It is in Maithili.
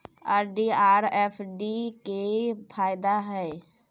आर.डी आर एफ.डी के की फायदा हय?